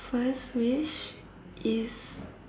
first wish is